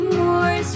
more